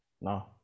No